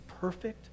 perfect